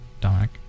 Dominic